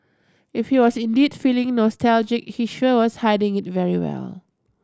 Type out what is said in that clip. if he was indeed feeling nostalgic he sure was hiding it very well